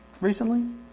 recently